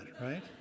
right